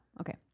Okay